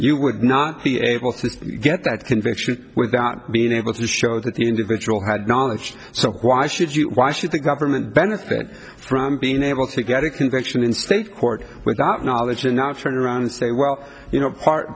you would not be able to get that conviction without being able to show that the individual had knowledge so why should you why should the government benefit from being able to get a conviction in state court without knowledge and not turn around and say well you know part